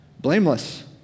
blameless